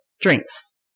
drinks